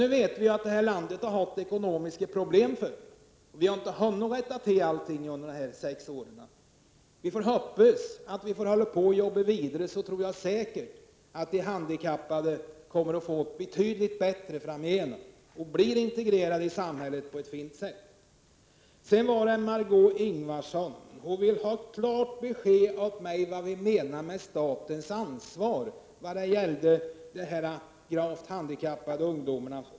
Vi vet att landet har haft ekonomiska problem, och vi har inte hunnit rätta till allt under dessa sex år. Men vi får hoppas att vi får jobba vidare, och då tror jag säkert att de handikappade kommer att få det betydligt bättre framgent och bli integrerade i samhället på ett fint sätt.